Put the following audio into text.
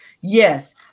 Yes